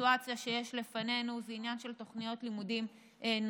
ובסיטואציה שיש לפנינו זה עניין של תוכניות לימודים נוספות,